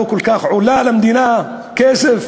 לא עולה למדינה כל כך הרבה כסף,